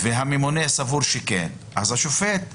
והממונה סבור שכן, השופט קורא.